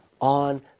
on